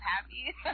happy